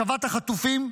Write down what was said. השבת החטופים,